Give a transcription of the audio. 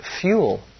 fuel